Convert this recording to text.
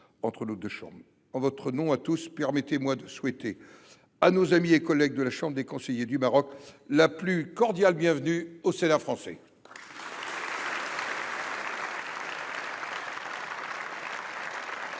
entre nos chambres. En votre nom à tous, permettez moi de souhaiter à nos amis et collègues de la Chambre des conseillers du Maroc la plus cordiale bienvenue au Sénat français